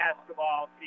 basketball